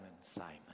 Simon